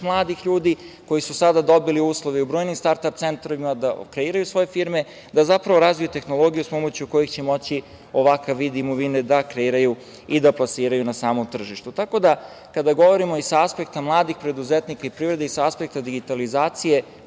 mladih ljudi koji su sada dobili uslove u brojnim startap centrima da kreiraju svoje firme, da razviju tehnologiju uz pomoću kojih će moći ovakav imovine da kreiraju i da plasiraju na samom tržištu. Kada govorimo i sa aspekta mladih preduzetnika i privrede i sa aspekta digitalizacije